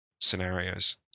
scenarios